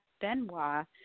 Benoit